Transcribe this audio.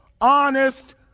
honest